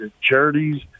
charities